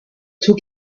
took